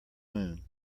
moon